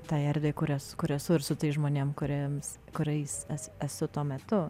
tai erdvei kur es kur esu ir su tais žmonėm kuriems kuriais es esu tuo metu